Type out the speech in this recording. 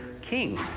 king